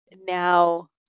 now